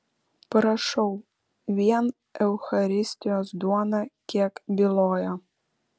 prašau vien eucharistijos duona kiek byloja